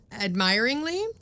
Admiringly